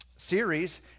series